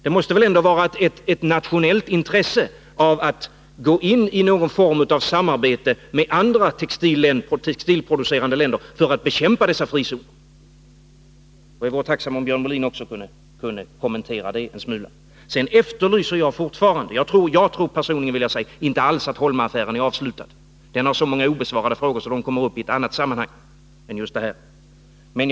Det måste ändå finnas ett nationellt intresse av att gå in i någon form av samarbete med andra textilproducerande länder för att bekämpa dessa frizoner. Jag vore tacksam om Björn Molin kunde kommentera detta en smula. Jag tror personligen inte alls att Holma-affären är avslutad. Där finns så många obesvarade frågor som kommer upp i andra sammanhang än just detta.